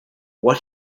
what